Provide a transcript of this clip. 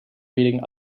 reading